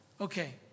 Okay